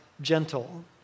gentle